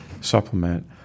supplement